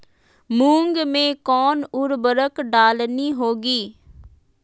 मूंग में कौन उर्वरक डालनी होगी?